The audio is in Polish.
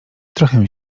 trochę